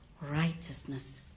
righteousness